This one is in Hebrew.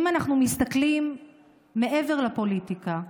אם אנחנו מסתכלים מעבר לפוליטיקה,